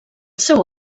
seu